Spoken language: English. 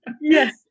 Yes